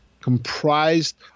comprised